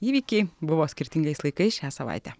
įvykiai buvo skirtingais laikais šią savaitę